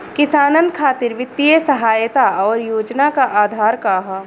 किसानन खातिर वित्तीय सहायता और योजना क आधार का ह?